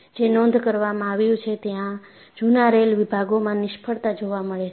જે નોંધ કરવામાં આવ્યું છે ત્યાં જૂના રેલ વિભાગોમાં નિષ્ફળતા જોવા મળે છે